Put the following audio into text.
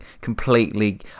Completely